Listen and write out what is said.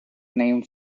name